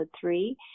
three